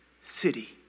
city